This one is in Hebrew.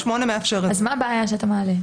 אז מהי הבעיה שאתה מעלה?